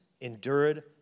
endured